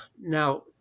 Now